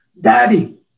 Daddy